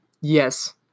Yes